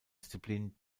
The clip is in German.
disziplin